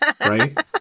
right